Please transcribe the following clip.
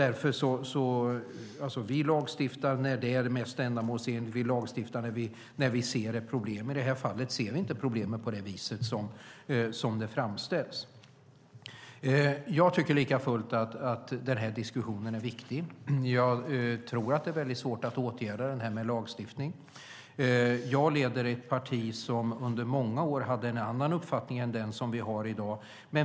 Vi lagstiftar när det är det mest ändamålsenliga; vi lagstiftar när vi ser ett problem, men i det här fallet ser vi inte problemet på det vis som det framställs. Jag tycker likafullt att den här diskussionen är viktig. Jag tror att det är svårt att åtgärda detta med lagstiftning. Jag leder ett parti som under många år hade en annan uppfattning än den som vi har i dag.